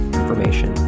information